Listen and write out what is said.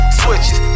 switches